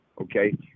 okay